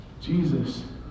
Jesus